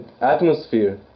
atmosphere